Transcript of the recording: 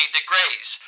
degrees